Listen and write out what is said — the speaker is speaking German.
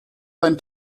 sein